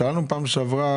שאלנו פעם שעברה,